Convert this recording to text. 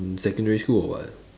secondary school or what